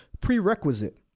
prerequisite